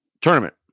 Tournament